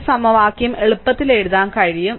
ഈ സമവാക്യം എളുപ്പത്തിൽ എഴുതാൻ കഴിയും